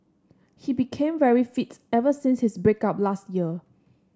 he became very fit ever since his break up last year